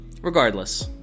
Regardless